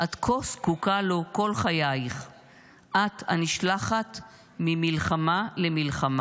את כה זקוקה לו כל חייך / את הנשלחת ממלחמה למלחמה.